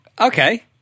Okay